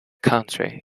country